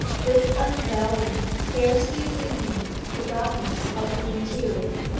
this unveiling scarcely relieved the darkness of the interior.